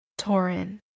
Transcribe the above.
Torin